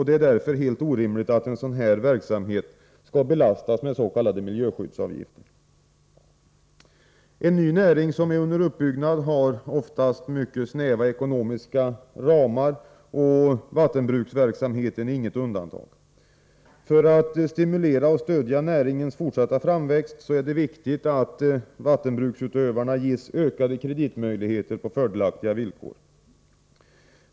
Det är därför helt orimligt att en sådan verksamhet skall belastas med s.k. miljöskyddsavgifter. En ny näring som är under uppbyggnad har oftast mycket snäva ekonomiska ramar, och vattenbruksverksamheten är inget undantag. För att stimulera näringens fortsatta framväxt är det viktigt att vattenbruksutövarna ges ökade kreditmöjigheter på fördelaktiga villkor.